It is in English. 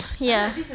ya